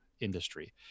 industry